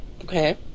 Okay